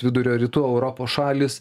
vidurio rytų europos šalys